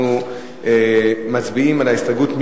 אנחנו מצביעים על ההסתייגות.